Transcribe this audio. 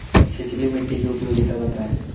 छिछली मिट्टी की उपयोगिता बतायें?